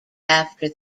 after